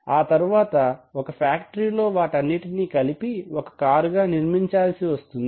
ఆ తరువాత ఒక ఫ్యాక్టరీ లో వాటన్నిటినీ కలిపి ఒక కారుగా నిర్మించాల్సి వస్తుంది